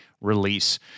release